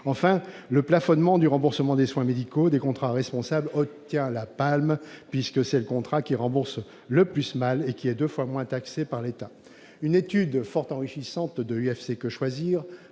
Enfin, le plafonnement du remboursement des soins médicaux des contrats responsables obtient la palme, puisque c'est le contrat qui rembourse le plus mal et qui est deux fois moins taxé par l'État. Une étude, fort enrichissante, de l'UFC-Que choisir